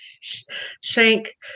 Shank